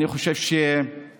אני חושב שג'אבר